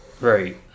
Right